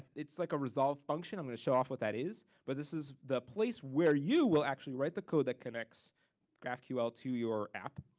it's like a resolved function. i'm gonna show off what that is, but this is the place where you will actually write the code that connects graphql to your app.